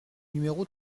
numéro